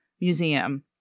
museum